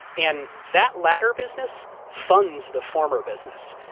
and that latter business funds the former business.